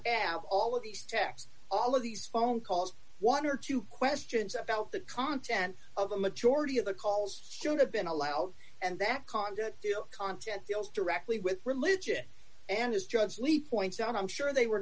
have all of these text all of these phone calls one or two questions about the content of the majority of the calls should have been allowed and that condit deal content deals directly with religion and his jugs we point out i'm sure they were